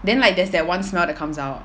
then like there's that one smell that comes out